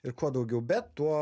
ir kuo daugiau bet tuo